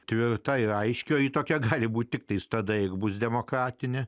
tvirta ir aiški ji tokia gali būti tiktai tada eik bus demokratinė